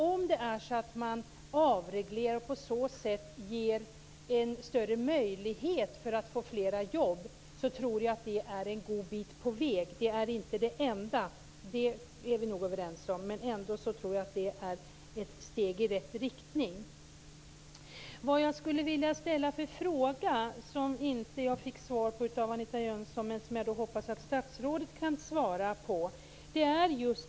Om man avreglerar och på så sätt ger större möjlighet att få fler jobb tror jag att det är god bit på väg. Det är inte det enda, det är vi nog överens om, men jag tror ändå att det är ett steg i rätt riktning. Jag ställde en fråga som jag inte fick svar på av Anita Jönsson men som jag hoppas att statsrådet kan svara på.